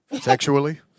Sexually